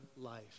life